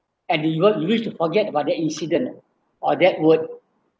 and you are you use to forget about the incident all that would